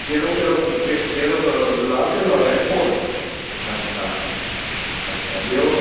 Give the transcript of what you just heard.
कहिड़ो कहिड़ो कहिड़ो किलो लाल किलो रेड फोर्ट अछा अछा ॿियो